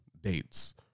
dates